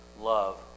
love